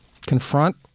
confront